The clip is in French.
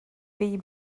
pays